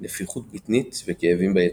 נפיחות בטנית וכאבים ביציאות.